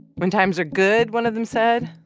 when times are good, one of them said,